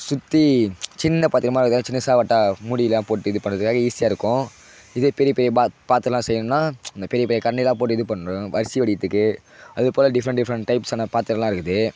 சுற்றி சின்ன பாத்திரமாக இருக்குதா சிறுசாக வட்டா மூடியிலாம் போட்டு இது பண்ணுறதுக்காக ஈஸியாக இருக்கும் இதே பெரிய பெரிய பாத் பாத்திரம்லாம் செய்யணும்னா இந்த பெரிய பெரிய கரண்டிலாம் போட்டு இது பண்ணணும் அரிசி வடிக்கிறதுக்கு அதுக்கப்பு றம் டிஃப்ரெண்ட் டிஃப்ரெண்ட் டைப்ஸ்ஸான பாத்திரமெலாம் இருக்குது